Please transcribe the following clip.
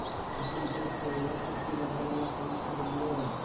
अपन खेत के उर्वरक शक्ति बढावेला कौन खाद दीये?